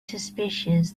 suspicious